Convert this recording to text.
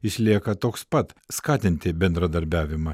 išlieka toks pat skatinti bendradarbiavimą